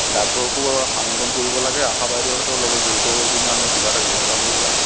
ডাক্তৰকো আমন্ত্ৰণ কৰিব লাগে আশা বাইদ'হঁতৰ লগত জড়িত হৈপেনি আমি কিবা এটা ব্যৱস্থা কৰিব লাগে